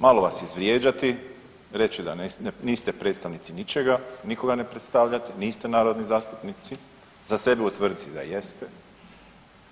Malo vas izvrijeđati, reći da niste predstavnici ničega, nikoga ne predstavljati, niste narodni zastupnici, za sebe utvrditi da jeste,